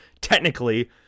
technically